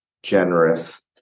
generous